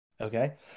okay